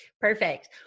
Perfect